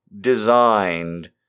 designed